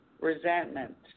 Resentment